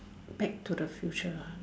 back to the future ah